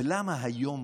ולמה היום